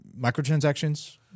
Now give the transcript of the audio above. microtransactions